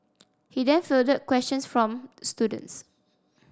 he then fielded questions from students